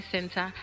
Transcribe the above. Center